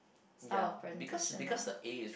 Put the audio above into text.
style of presentation lah